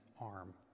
arm